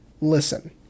listen